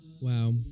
Wow